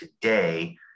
today